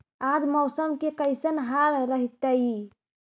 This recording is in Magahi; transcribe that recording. आज मौसम के कैसन हाल रहतइ?